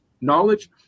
knowledge